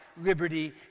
Liberty